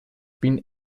been